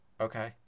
okay